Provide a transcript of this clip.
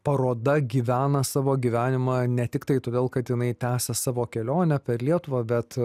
paroda gyvena savo gyvenimą ne tiktai todėl kad jinai tęsia savo kelionę per lietuvą bet